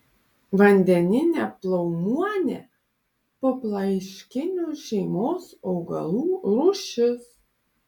vandeninė plaumuonė puplaiškinių šeimos augalų rūšis